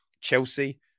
Chelsea